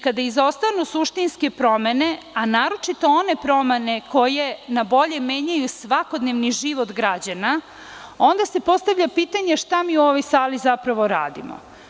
Kada izostanu suštinske promene, a naročito one promene koje na bolje menjaju svakodnevni život građana, onda se postavlja pitanje šta mi u ovoj sali zapravo radimo?